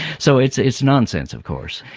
so, it's it's nonsense of course.